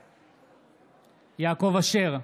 בעד יעקב אשר,